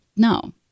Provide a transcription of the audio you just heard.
No